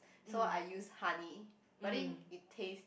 so I use honey but then it tastes